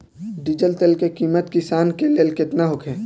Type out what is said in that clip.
Diesel तेल के किमत किसान के लेल केतना होखे?